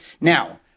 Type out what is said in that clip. Now